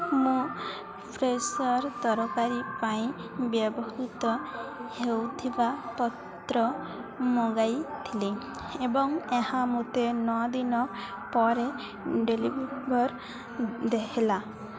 ମୁଁ ଫ୍ରେଶୋର ତରକାରୀ ପାଇଁ ବ୍ୟବହୃତ ହେଉଥିବା ପତ୍ର ମଗାଇଥିଲି ଏବଂ ଏହା ମୋତେ ନଅଦିନ ପରେ ଡେଲିଭର୍ ହେଲା